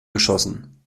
geschossen